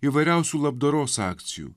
įvairiausių labdaros akcijų